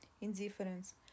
indifference